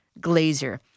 Glazer